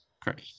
Correct